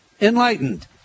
enlightened